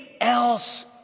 else